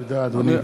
תודה, אדוני.